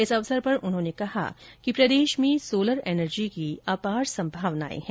इस अवसर पर उन्होंने कहा कि प्रदेश में सोलर एनर्जी की अपार संभावनाएं है